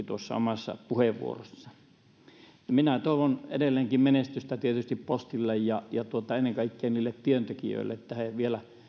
tuossa omassa puheenvuorossaan ja minä toivon edelleenkin menestystä tietysti postille ja ja ennen kaikkea niille työntekijöille että he vielä